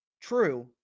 true